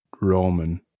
Roman